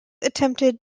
attempted